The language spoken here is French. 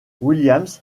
williams